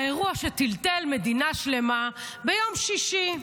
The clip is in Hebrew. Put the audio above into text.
האירוע שטלטל מדינה שלמה ביום שישי.